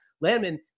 Landman